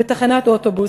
בתחנת אוטובוס,